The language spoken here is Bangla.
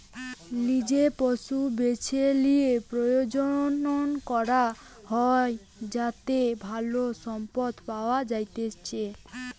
লিজে পশু বেছে লিয়ে প্রজনন করা হয় যাতে ভালো সম্পদ পাওয়া যাতিচ্চে